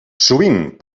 sovint